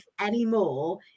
anymore